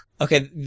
Okay